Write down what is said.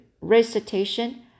recitation